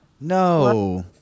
No